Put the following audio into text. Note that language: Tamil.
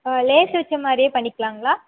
லேஸ் வச்சமாதிரியே பண்ணிக்கலாங்களா